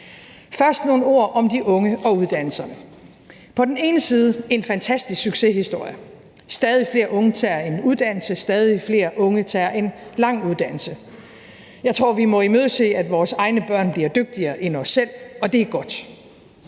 Først nogle ord om de unge og uddannelserne. På den ene side er det en fantastisk succeshistorie, for stadig flere unge tager en uddannelse, stadig flere unge tager en lang uddannelse. Jeg tror, vi må imødese, at vores egne børn bliver dygtigere end os selv, og det er godt.